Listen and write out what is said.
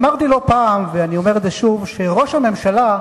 אמרתי לא פעם ואני אומר את זה שוב, שראש הממשלה,